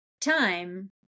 time